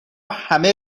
همه